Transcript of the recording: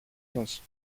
σας